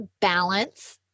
balance